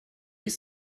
ist